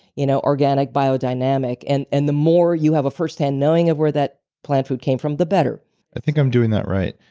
you know organic, bio dynamic and and the more you have a first-hand knowing of where that plant food came from the better i think i'm doing that right.